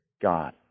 God